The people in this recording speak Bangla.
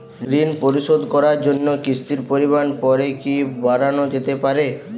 ঋন পরিশোধ করার জন্য কিসতির পরিমান পরে কি বারানো যেতে পারে?